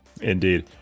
Indeed